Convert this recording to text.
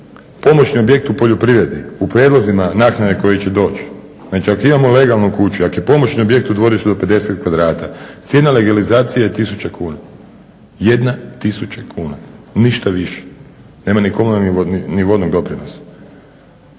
Pomoćni objekt u poljoprivredi u prijedlozima naknade koji će doći, mi čak ako imamo legalnu kuću ako je pomoćni objekt u dvorištu do 50 kvadrata cijena legalizacije je tisuću kuna. Jedna tisuća kuna, ništa više. Nema ni komunalnog ni vodnog doprinosa,